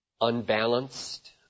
unbalanced